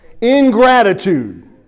ingratitude